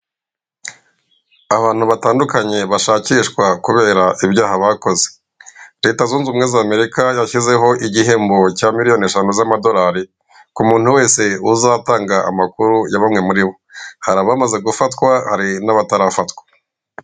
Abantu batandukanye bashakishwa kubera ibyaha bakoze leta zunze ubumwe za amerika yashyizeho igihembo cya miliyoni eshanu z'amadolari ku muntu wese uzatanga amakuru ya bamwe muri bo, hari abamaze gufatwa hari n'abatarafatwa.